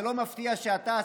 זה לא מפתיע שאתה,